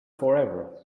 forever